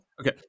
Okay